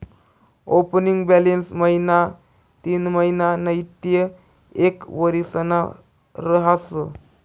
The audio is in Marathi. ओपनिंग बॅलन्स महिना तीनमहिना नैते एक वरीसना रहास